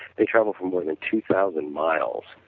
they traveled for more than two thousand miles